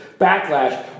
backlash